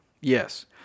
Yes